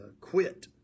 quit